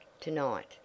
tonight